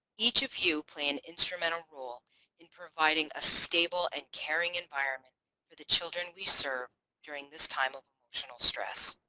each of you play an instrumental role in providing a stable and caring environment for the children we serve during this time of emotional stress.